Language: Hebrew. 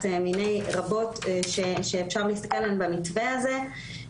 מני רבות שאפשר להסתכל עליהן במתווה הזה.